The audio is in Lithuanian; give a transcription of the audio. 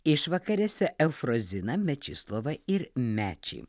išvakarėse eufroziną mečislovą ir mečį